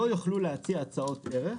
לא יוכלו להציע הצעות ערך